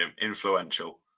Influential